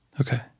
Okay